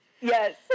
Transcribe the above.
Yes